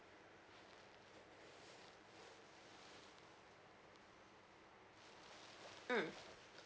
mm